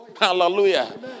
hallelujah